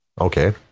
Okay